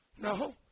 No